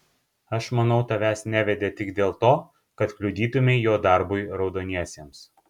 aš manau tavęs nevedė tik dėl to kad kliudytumei jo darbui raudoniesiems